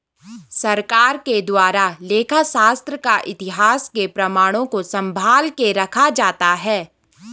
सरकार के द्वारा लेखा शास्त्र का इतिहास के प्रमाणों को सम्भाल के रखा जाता है